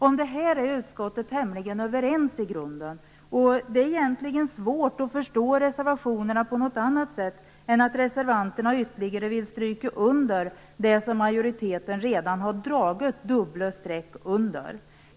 Om detta är utskottet i grunden tämligen överens. Det är egentligen svårt att förstå reservationerna på annat sätt än att reservanterna ytterligare vill stryka under det som majoriteten redan har dragit dubbla streck under.